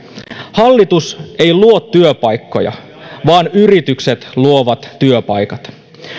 hallitus ei luo työpaikkoja vaan yritykset luovat työpaikat